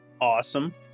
Awesome